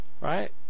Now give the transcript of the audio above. right